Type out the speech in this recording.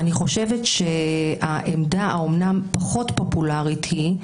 אני חושבת שהעמדה האמנם פחות פופולרית היא,